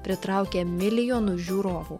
pritraukia milijonus žiūrovų